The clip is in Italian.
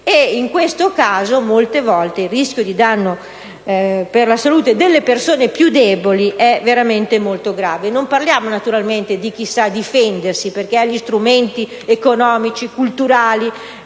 in questo caso, il rischio di danno per la salute delle persone più deboli è veramente molto grave. Naturalmente non parlo di chi sa difendersi perché ha gli strumenti economici e culturali